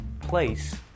place